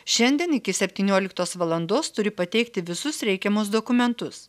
šiandien iki septynioliktos valandos turi pateikti visus reikiamus dokumentus